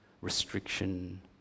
restriction